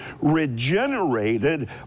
regenerated